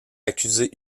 accusés